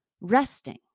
resting